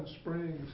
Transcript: Springs